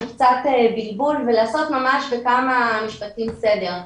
קצת בלבול ואני רוצה לעשות בכמה משפטים סדר.